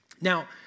Now